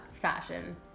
fashion